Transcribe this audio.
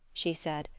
she said,